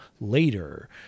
later